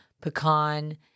pecan –